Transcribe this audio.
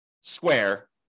square